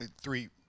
Three